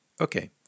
Okay